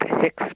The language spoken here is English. Hicks